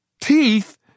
Teeth